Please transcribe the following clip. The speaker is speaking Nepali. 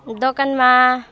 दोकानमा